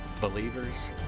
Believers